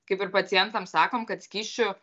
kaip ir pacientam sakom kad skysčių